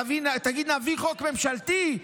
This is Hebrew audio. תגיד: נביא חוק ממשלתי,